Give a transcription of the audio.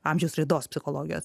amžiaus raidos psichologijos